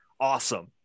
awesome